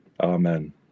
Amen